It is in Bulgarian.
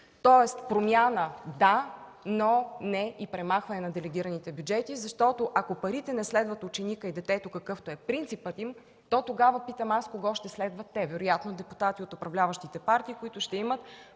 Тоест промяна да, но не и премахване на делегираните бюджети, защото, ако парите не следват ученика и детето, какъвто е принципът им, то тогава питам аз: кого ще следват те? Вероятно депутати от управляващите партии, които ще имат